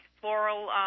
floral